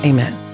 Amen